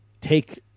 take